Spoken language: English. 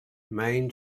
maine